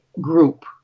group